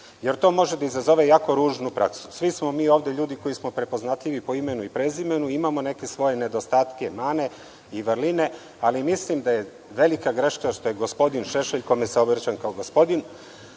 jer to može da izazove jako ružnu praksu. Svi smo mi ovde ljudi koji smo prepoznatljivi po imenu i prezimenu. Imamo neke svoje nedostatke, mane i vrline, ali mislim da je velika greška što je gospodin Šešelj, kome se obraćam kao gospodin,